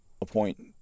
appoint